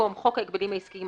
במקום "חוק ההגבלים העסקיים,